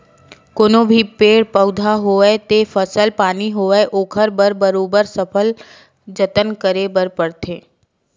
कोनो भी पेड़ पउधा होवय ते फसल पानी होवय ओखर बर बरोबर सकल जतन करे बर परथे